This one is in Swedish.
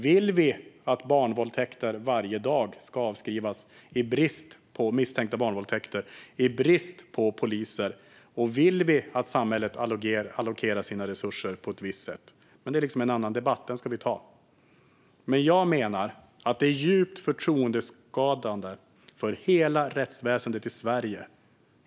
Vill vi att misstänkta barnvåldtäkter varje dag ska avskrivas i brist på poliser, och vill vi att samhället allokerar sina resurser på ett visst sätt? Men det är en annan debatt som vi ska ta. Jag menar att detta är djupt förtroendeskadande för hela rättsväsendet i Sverige.